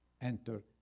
enter